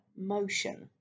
motion